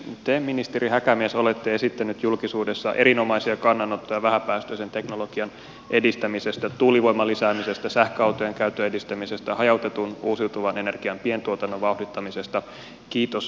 te ministeri häkämies olette esittänyt julkisuudessa erinomaisia kannanottoja vähäpäästöisen teknologian edistämisestä tuulivoiman lisäämisestä sähköautojen käytön edistämisestä hajautetun uusiutuvan energian pientuotannon vauhdittamisesta kiitos niistä